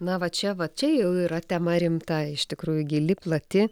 na va čia va čia jau yra tema rimta iš tikrųjų gili plati